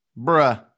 bruh